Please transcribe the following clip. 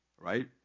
right